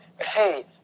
hey